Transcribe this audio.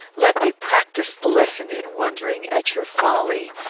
let me practise the lesson in wondering at your folly,